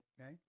okay